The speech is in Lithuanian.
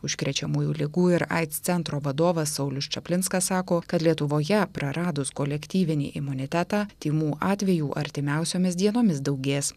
užkrečiamųjų ligų ir aids centro vadovas saulius čaplinskas sako kad lietuvoje praradus kolektyvinį imunitetą tymų atvejų artimiausiomis dienomis daugės